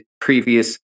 previous